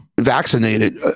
vaccinated